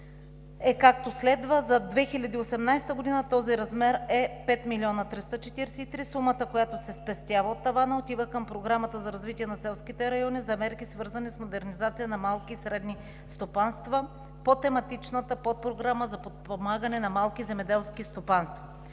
е, както следва: за 2018 г. този размер е 5 милиона 343. Сумата, която се спестява от тавана, отива към Програмата за развитие на селските райони за мерки, свързани с модернизация на малки и средни стопанства по Тематичната подпрограма за подпомагане на малки земеделски стопанства.